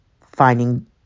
finding